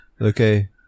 Okay